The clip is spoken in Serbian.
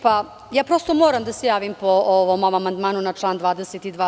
Prosto, moram da se javim po ovom mom amandmanu na član 22.